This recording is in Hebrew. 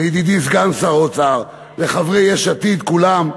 לידידי סגן שר האוצר, לחברי יש עתיד כולם: